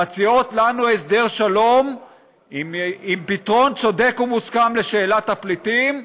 מציעות לנו הסדר שלום עם פתרון צודק ומוסכם לשאלת הפליטים,